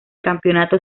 campeonato